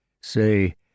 Say